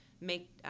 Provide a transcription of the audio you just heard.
make